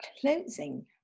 closing